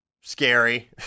scary